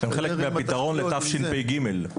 הם חלק מהפתרון לתשפ"ג.